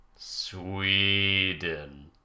Sweden